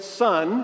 son